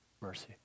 mercy